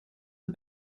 are